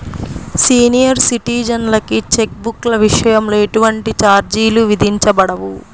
senior సిటిజన్లకి cheque బుక్ల విషయంలో ఎటువంటి ఛార్జీలు విధించబడవు